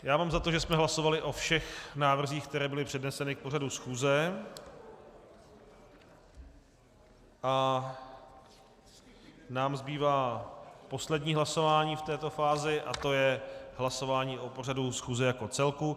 Já mám za to, že jsme hlasovali o všech návrzích, které byly předneseny k pořadu schůze, a nám zbývá poslední hlasování v této fázi a to je hlasování o pořadu schůze jako celku.